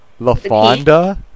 LaFonda